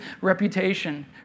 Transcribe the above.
reputation